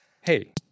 Hey